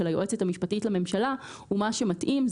היועצת המשפטית לממשלה הוא מה שמתאים.